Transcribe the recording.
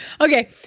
okay